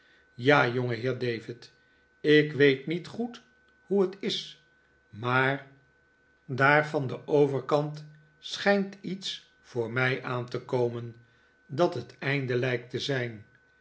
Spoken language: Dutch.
ja jongeheer david ik weet niet goed hoe het is maar daar van den overkant schijnt iets voor mij aan te komen dat het einde lijkt te zijn